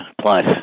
plus